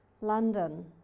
london